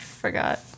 forgot